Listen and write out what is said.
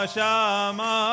Shama